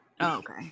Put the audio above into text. okay